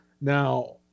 now